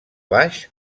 baix